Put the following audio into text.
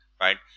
Right